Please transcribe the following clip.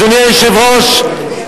אדוני היושב-ראש,